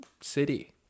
city